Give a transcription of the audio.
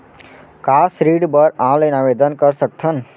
का ऋण बर ऑनलाइन आवेदन कर सकथन?